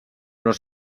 però